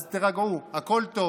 אז תירגעו, הכול טוב.